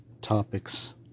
topics